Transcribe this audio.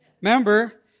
Remember